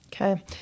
Okay